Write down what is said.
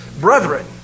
brethren